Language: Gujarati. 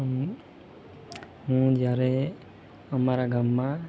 હું હું જ્યારે અમારા ગામમાં